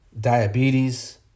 diabetes